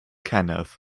kenneth